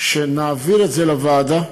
שנעביר את זה לוועדה.